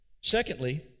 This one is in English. Secondly